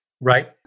right